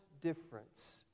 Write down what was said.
difference